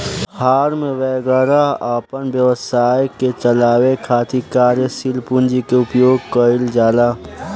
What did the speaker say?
form वैगरह अपना व्यवसाय के चलावे खातिर कार्यशील पूंजी के उपयोग कईल जाला